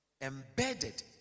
embedded